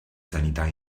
sanità